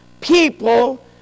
people